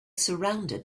surrounded